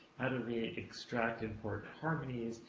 and and we ah extract important harmonies?